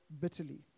bitterly